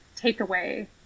takeaway